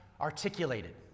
articulated